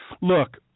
Look